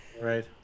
right